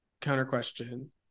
Counter-question